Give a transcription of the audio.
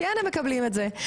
כן הם מקבלים את זה,